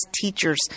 teachers